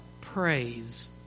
praise